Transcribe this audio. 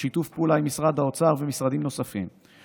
בשיתוף פעולה עם משרד האוצר ומשרדים נוספים,